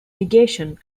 negation